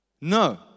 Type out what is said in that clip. No